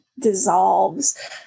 dissolves